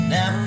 Now